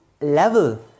level